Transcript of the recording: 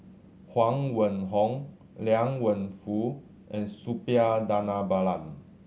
Huang Wenhong Liang Wenfu and Suppiah Dhanabalan